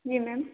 जी ma'am